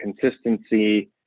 consistency